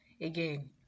Again